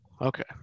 okay